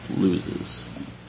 loses